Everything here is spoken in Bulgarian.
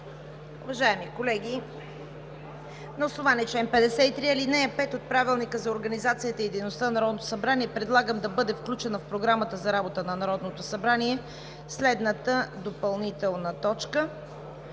Уважаеми колеги, на основание чл. 53, ал. 5 от Правилника за организацията и дейността на Народното събрание предлагам да бъде включена в Програмата за работа на Народното събрание следната допълнителна точка: